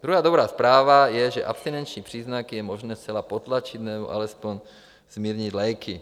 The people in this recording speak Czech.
Druhá dobrá zpráva je, že abstinenční příznaky je možné zcela potlačit nebo alespoň zmírnit léky.